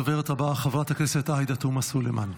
הדוברת הבאה, חברת הכנסת עאידה תומא סלימאן.